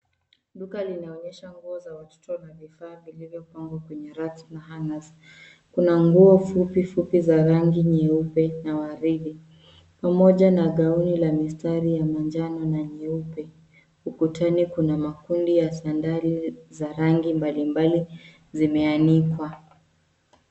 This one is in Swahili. Duka linaonyesha nguo za watoto na vifaa vilivyopangwa kwa racks na hangers . Kuna nguo fupifupi za rangi nyeupe na waridi pamoja na dhauri la mistari ya manjano na nyeupe. Ukutani kuna makundi ya sandari za rangi mbalimbali zimeanikwa.